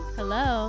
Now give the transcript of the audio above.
Hello